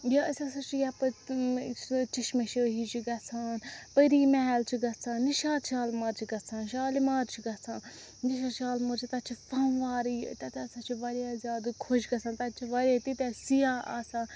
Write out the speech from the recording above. یا أسۍ ہَسا چھِ یَپٲرۍ سُہ چیٚشمے شٲہی چھِ گَژھان پٔری محل چھِ گَژھان نِشاط شالمار چھِ گَژھان شالمار چھِ گَژھان نِشاط شالمار چھِ تَتہِ چھِ فَموارٕے یٲتۍ تَتہِ ہَسا چھِ واریاہ زیادٕ خۄش گَژھان تَتہِ چھِ واریاہ تیٖتیاہ سِیاح آسان